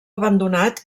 abandonat